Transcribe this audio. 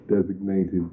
designated